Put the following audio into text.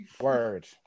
word